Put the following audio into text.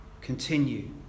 Continue